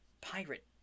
pirate